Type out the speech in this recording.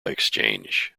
exchange